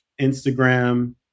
Instagram